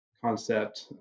concept